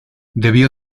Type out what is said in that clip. debió